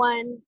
One